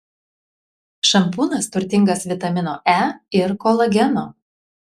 šampūnas turtingas vitamino e ir kolageno